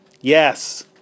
Yes